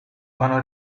vanno